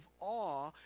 awe